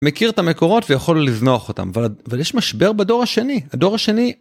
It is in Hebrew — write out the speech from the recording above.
מכיר את המקורות ויכול לזנוח אותם, אבל יש משבר בדור השני, הדור השני.